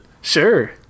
Sure